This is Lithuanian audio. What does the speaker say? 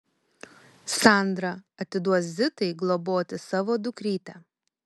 sandra atiduos zitai globoti savo dukrytę